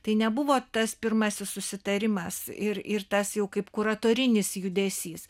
tai nebuvo tas pirmasis susitarimas ir ir tas jau kaip kuratorinis judesys